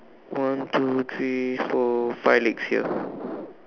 one two three four five legs here